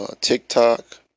tiktok